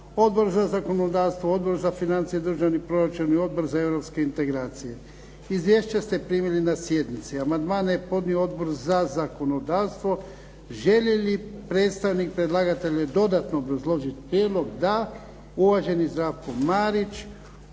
Odbor za zakonodavstvo, Odbor za financije i državni proračun i Odbor za europske integracije. Izvješća ste primili na sjednici. Amandmane je podnio Odbor za zakonodavstvo. Želi li predstavnik predlagatelja dodatno obrazložiti prijedlog? Da. Uvaženi Zdravko Marić,